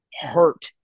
hurt